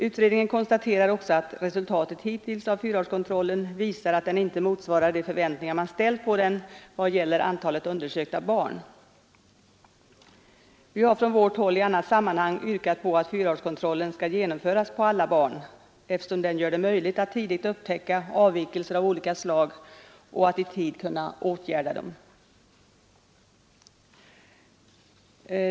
Utredningen konstaterar också att resultatet hittills av fyraårskontrollen visar att den inte motsvarar de förväntningar man ställt på den när det gäller antalet undersökta barn. Vi har i annat sammanhang yrkat på att fyraårskontrollen skall genomföras på alla barn, eftersom den gör det möjligt att tidigt upptäcka avvikelser av olika slag och att i tid åtgärda dem.